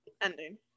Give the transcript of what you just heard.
ending